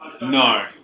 No